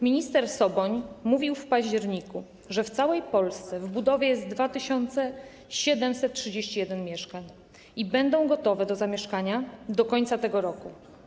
Minister Soboń mówił w październiku, że w całej Polsce jest w budowie 2731 mieszkań i będą gotowe do zamieszkania do końca tego roku.